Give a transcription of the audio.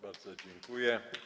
Bardzo dziękuję.